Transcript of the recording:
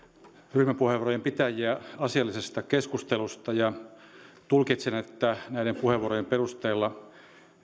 ryhmäpuheenvuorojen pitäjiä asiallisesta keskustelusta ja tulkitsen että näiden puheenvuorojen perusteella